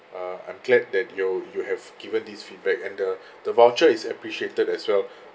uh I'm glad that you you have given these feedback and the the voucher is appreciated as well